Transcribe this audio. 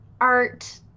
art